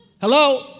Hello